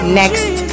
next